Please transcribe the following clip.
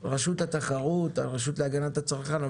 רשות התחרות או הרשות להגנת הצרכן,